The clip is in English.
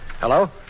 Hello